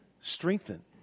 strengthen